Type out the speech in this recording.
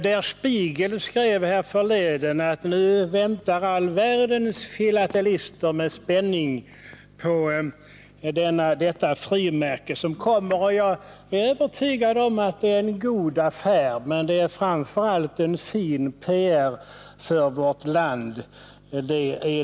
Der Spiegel skrev härförleden: Nu väntar all världens filatelister med spänning på det frimärke som skall komma. Och jag är övertygad om att det är en god affär, men det är framför allt fin PR för vårt land.